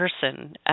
person